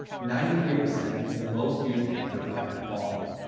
ninety three percent is the most used anchor by far.